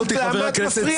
למה את מפריעה?